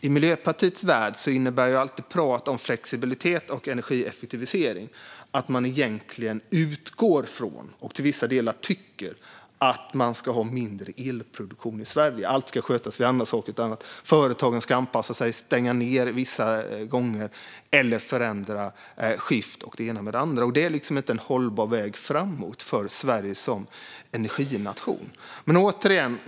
I Miljöpartiets värld innebär prat om flexibilitet och energieffektivisering dock alltid att man egentligen utgår från - och till viss del tycker - att det ska produceras mindre el i Sverige. Företagen ska anpassa sig och vissa gånger stänga ned eller förändra skift. Detta är inte en hållbar väg framåt för Sverige som energination.